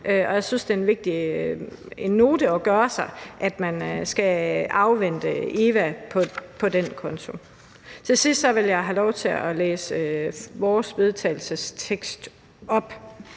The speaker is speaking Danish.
og jeg synes, at det er vigtigt at notere sig, at man skal afvente EVA på den konto. Til sidst vil jeg have lov til at læse vores vedtagelsestekst op.